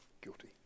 guilty